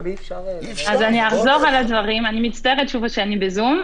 אני אחזור על הדברים, ואני שוב מצטערת שאני בזום.